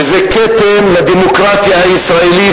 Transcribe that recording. וזה כתם על הדמוקרטיה הישראלית,